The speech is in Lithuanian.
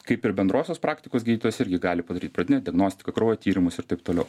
kaip ir bendrosios praktikos gydytojas irgi gali padaryt pradinę diagnostiką kraujo tyrimus ir taip toliau